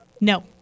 No